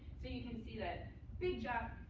so you can see that big jump,